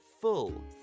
full